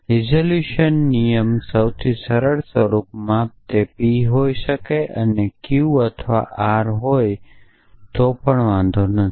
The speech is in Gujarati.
રિઝોલ્યુશન નિયમ સૌથી સરળ સ્વરૂપમાં તે P હોઈ શકે છે અને Q અથવા R હોય તો પણ વાંધો નથી